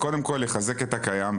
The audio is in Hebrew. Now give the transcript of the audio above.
וקודם כל יחזק את הקיים,